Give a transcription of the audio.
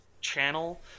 channel